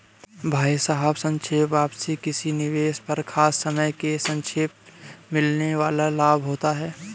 भाई साहब सापेक्ष वापसी किसी निवेश पर खास समय के सापेक्ष मिलने वाल लाभ होता है